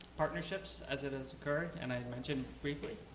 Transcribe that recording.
partnerships as it is occurring and i mentioned briefly.